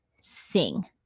sing